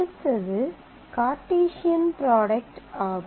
அடுத்தது Cartesian product ஆகும்